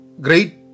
Great